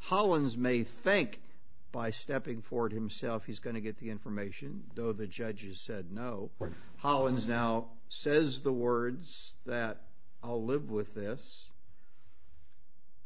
hollins may think by stepping forward himself he's going to get the information though the judges said no we're hollins now says the words that i'll live with this